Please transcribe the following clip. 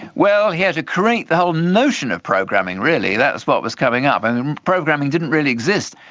well, he had to create the whole notion of programming really, that's what was coming up. and and programming didn't really exist,